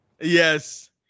yes